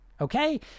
okay